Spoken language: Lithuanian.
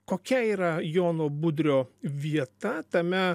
kokia yra jono budrio vieta tame